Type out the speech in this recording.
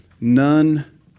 none